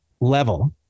level